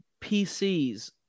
PCs